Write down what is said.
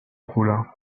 roula